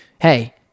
hey